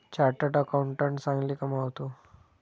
chartered accountant चांगले कमावतो